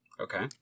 Okay